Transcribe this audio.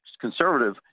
conservative